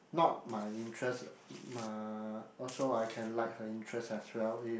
not my interest nah also I can like her interest as well if